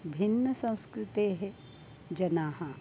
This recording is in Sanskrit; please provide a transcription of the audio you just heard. भिन्नसंस्कृतेः जनाः